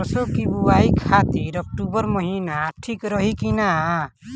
सरसों की बुवाई खाती अक्टूबर महीना ठीक रही की ना?